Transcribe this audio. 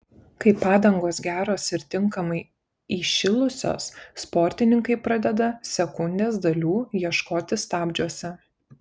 kai padangos geros ir tinkamai įšilusios sportininkai pradeda sekundės dalių ieškoti stabdžiuose